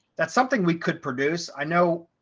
that's something we could produce. i know,